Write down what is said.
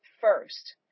first